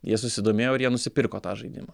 jie susidomėjo ir jie nusipirko tą žaidimą